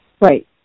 Right